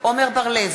עמר בר-לב,